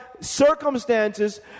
circumstances